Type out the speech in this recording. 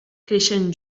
creixen